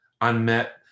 unmet